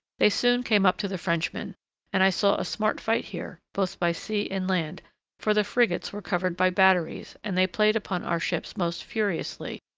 they soon came up to the frenchmen and i saw a smart fight here, both by sea and land for the frigates were covered by batteries, and they played upon our ships most furiously,